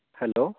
hello